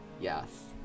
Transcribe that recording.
yes